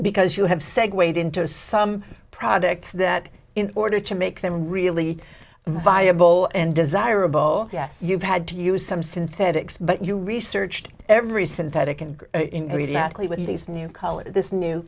because you have segue into some products that in order to make them really viable and desirable yes you've had to use some synthetics but you researched every synthetic and not only with these new color this new